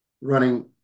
running